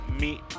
meet